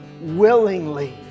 willingly